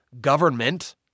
government